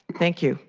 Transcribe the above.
thank you.